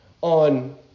on